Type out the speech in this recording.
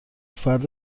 فرد